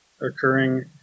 occurring